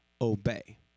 Obey